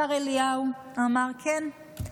השר אליהו אמר: כן,